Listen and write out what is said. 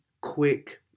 quick